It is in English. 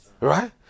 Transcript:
Right